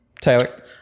Tyler